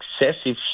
excessive